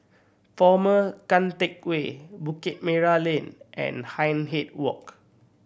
Former Keng Teck Whay Bukit Merah Lane and Hindhede Walk